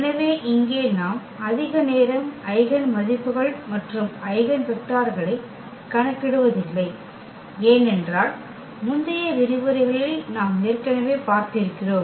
எனவே இங்கே நாம் அதிக நேரம் ஐகென் மதிப்புகள் மற்றும் ஐகென் வெக்டர்களைக் கணக்கிடுவதில்லை ஏனென்றால் முந்தைய விரிவுரைகளில் நாம் ஏற்கனவே பார்த்திருக்கிறோம்